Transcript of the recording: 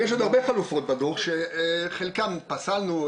יש עוד הרבה חלופות בדו"ח שאת חלקן פסלנו,